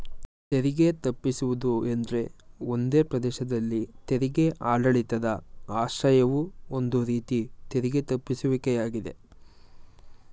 ತೆರಿಗೆ ತಪ್ಪಿಸುವುದು ಎಂದ್ರೆ ಒಂದೇ ಪ್ರದೇಶದಲ್ಲಿ ತೆರಿಗೆ ಆಡಳಿತದ ಆಶ್ರಯವು ಒಂದು ರೀತಿ ತೆರಿಗೆ ತಪ್ಪಿಸುವಿಕೆ ಯಾಗಿದೆ